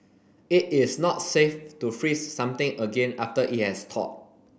it is not safe to freeze something again after it has thawed